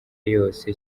yose